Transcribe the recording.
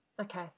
Okay